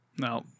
no